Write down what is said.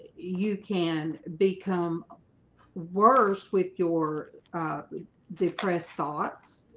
you can become worse with your depressed thoughts